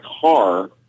car